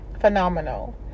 phenomenal